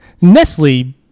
Nestle